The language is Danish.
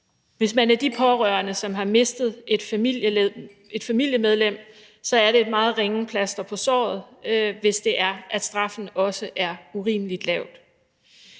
hvis man er de pårørende, som har mistet et familiemedlem, så er det et meget ringe plaster på såret, hvis det er sådan, at straffen er urimelig lav.